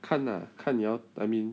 看啦看你要 I mean